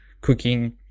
cooking